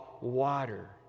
water